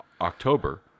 october